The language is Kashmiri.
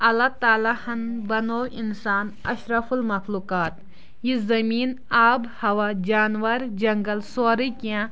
اللہ تعالیٰ ہن بنو انسان اشرف المخلقات یہِ زٔمیٖن آب ہوا جاناوار جنگل سورُے کینٛہہ